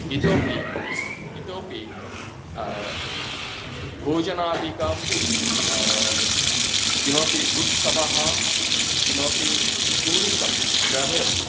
इतोऽपि इतोऽपि भोजनादिकं किमपि उत्सवः किमपि टूरिसं ट्रावेल्